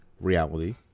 reality